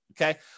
Okay